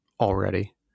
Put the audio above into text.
already